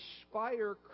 inspire